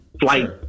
flight